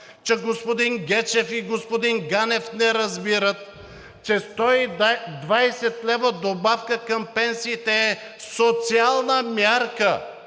господин Гечев и господин Ганев не разбират, че 120 лв. добавка към пенсиите е социална мярка